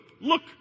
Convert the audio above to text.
Look